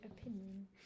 opinion